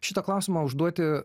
šitą klausimą užduoti